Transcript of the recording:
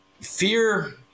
Fear